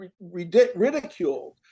ridiculed